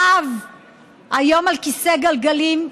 האב היום בכיסא גלגלים,